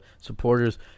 supporters